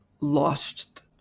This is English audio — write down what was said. lost